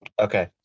Okay